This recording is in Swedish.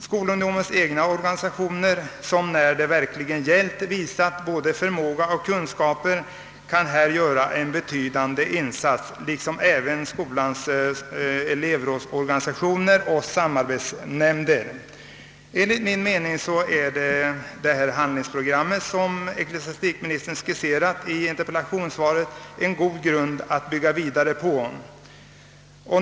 Skolungdomens egna organisationer, som när det verkligen gällt visat både förmåga och kunskap, kan här göra en betydande insats liksom skolans elevrådsorganisationer och samarbetsnämnder. Enligt min mening är det handlingsprogram som ecklesiastikministern skisserat i interpellationssvaret en god grund att bygga vidare på.